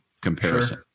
comparison